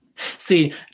See